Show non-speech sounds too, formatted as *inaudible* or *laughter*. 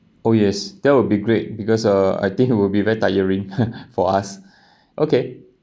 oh yes that'll be great because uh I think it will be very tiring *laughs* for us okay